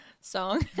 song